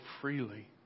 freely